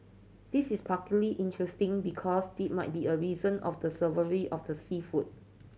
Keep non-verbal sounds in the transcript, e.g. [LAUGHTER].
this is [UNINTELLIGIBLE] interesting because this might be a reason of the savoury of the seafood